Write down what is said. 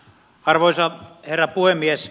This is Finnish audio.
arvoisa herra puhemies